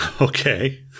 Okay